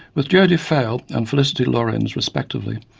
with jodie feil and felicity lorains respectively,